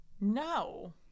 No